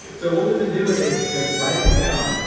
so what we've been doing is as writing down.